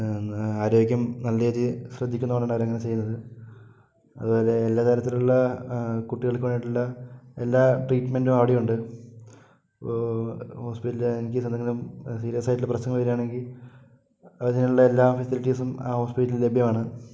ആരോഗ്യം നല്ല രീതി ശ്രദ്ധിക്കുന്നത് കൊണ്ടാണവരങ്ങനെ ചെയ്യുന്നത് അതുപോലെ എല്ലാ തരത്തിലുള്ള കുട്ടികൾക്കായിട്ടുള്ള എല്ലാ ട്രീറ്റ്മെന്റും അവിടെയുണ്ട് ഹോ ഹോസ്പിറ്റലില് എന്തെങ്കിലും സീരിയസായിട്ടുള്ള പ്രസവം വരുവാണെങ്കിൽ അതിനുള്ള എല്ലാ ഫെസിലിറ്റീസും ആ ഹോസ്പിറ്റലിൽ ലഭ്യമാണ്